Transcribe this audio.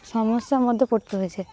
সমস্যার মধ্যে পড়তে হয়েছে